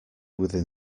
within